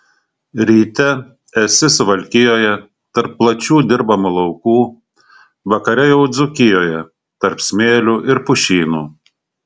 ryte esi suvalkijoje tarp plačių dirbamų laukų vakare jau dzūkijoje tarp smėlių ir pušynų